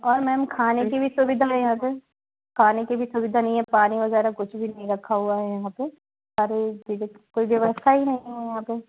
और मैम खाने की भी सुविधा है यहाँ पे खाने की भी सुविधा नहीं है पानी वगैरह कुछ भी नहीं रखा हुआ है यहाँ पे अरे कोई व्यवस्था ही नहीं है यहाँ पे